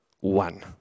one